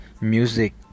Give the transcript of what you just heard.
music